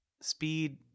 Speed